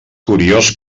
curiós